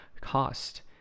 cost